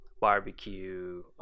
barbecue